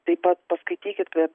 taip pat paskaitykit